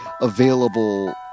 available